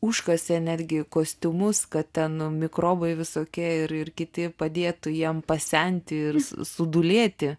užkasė netgi kostiumus kad ten mikrobai visokie ir ir kiti padėtų jiem pasenti ir su sudūlėti